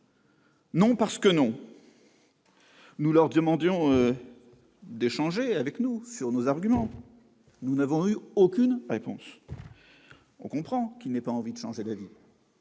»! Alors que nous leur demandions d'échanger avec nous sur nos arguments, nous n'avons obtenu aucune réponse. On comprend qu'ils n'aient pas envie de changer d'avis,